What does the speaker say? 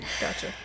Gotcha